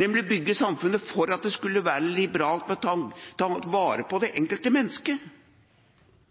nemlig å bygge samfunnet for at det skulle være liberalt, og ta vare på det enkelte mennesket.